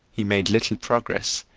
he made little progress,